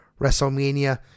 WrestleMania